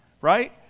right